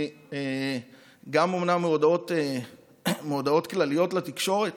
גם אומנם מהודעות כלליות לתקשורת